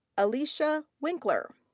elicia winkler.